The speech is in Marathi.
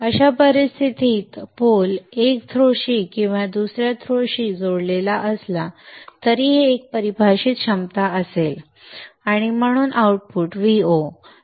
अशा स्थितीत पोल एका थ्रोशी किंवा दुसर्या थ्रोशी जोडलेला असला तरीही एक परिभाषित पोटेंशिअल्स असेल आणि म्हणून आउटपुट Vo